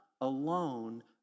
alone